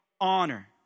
honor